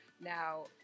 Now